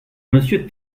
monsieur